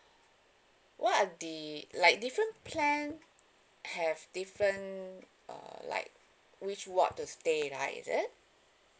what are the like different plan have different uh like which ward to stay like is it